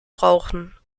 brauchen